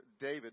David